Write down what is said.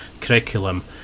curriculum